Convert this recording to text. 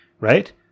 right